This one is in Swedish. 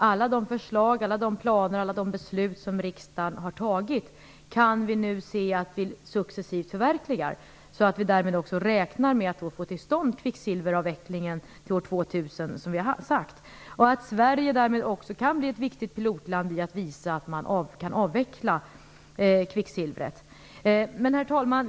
Alla förslag, planer och beslut som riksdagen har fattat kan vi nu se att vi successivt förverkligar, så att vi därmed också räknar med att få till stånd kvicksilveravvecklingen till år 2000 som vi har sagt och att Sverige därmed också kan bli ett viktigt pilotland i att visa att man kan avveckla kvicksilvret. Herr talman!